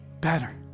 better